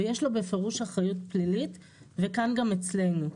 ויש לו בפירוש אחריות פלילית, וכאן גם אצלנו.